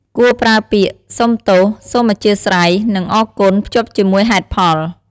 គួរប្រើពាក្យ "សូមទោស", "សូមអធ្យាស្រ័យ" និង "អរគុណ" ភ្ជាប់ជាមួយហេតុផល។